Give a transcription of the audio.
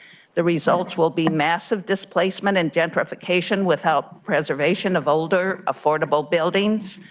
the results will be massive displacement and gentrification without preservation of older affordable buildings.